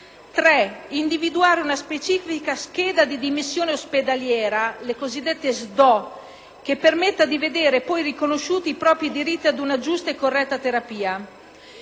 di individuare una specifica scheda di dimissione ospedaliera, la cosiddetta SDO, che permetta di vedere riconosciuti i propri diritti ad una giusta e corretta terapia.